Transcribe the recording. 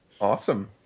Awesome